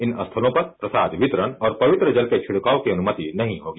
इन स्थानों पर प्रसाद वितरण और पवित्र जल के छिड़काव की अनुमति नहीं होगी